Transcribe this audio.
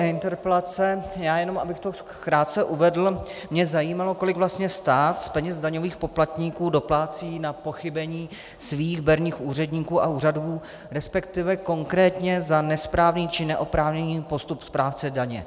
Já jenom, abych to krátce uvedl mě zajímalo, kolik vlastně stát z peněz daňových poplatníků doplácí na pochybení svých berních úředníků a úřadů, resp. konkrétně za nesprávný či neoprávněný postup správce daně.